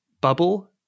bubble